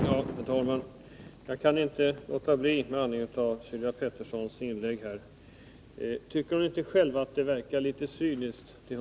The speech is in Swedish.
Herr talman! Jag kan inte låta bli att med anledning av Sylvia Petterssons inlägg ställa frågan om hon inte själv tycker att det hon säger verkar litet cyniskt.